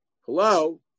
Hello